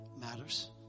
matters